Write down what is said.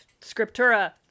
Scriptura